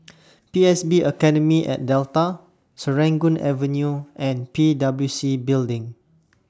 P S B Academy At Delta Serangoon Avenue and P W C Building